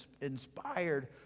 inspired